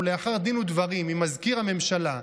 ולאחר דין ודברים עם מזכיר הממשלה,